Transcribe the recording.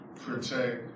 protect